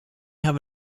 have